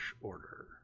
order